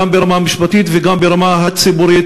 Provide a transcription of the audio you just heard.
גם ברמה המשפטית וגם ברמה הציבורית,